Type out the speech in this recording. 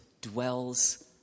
dwells